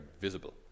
visible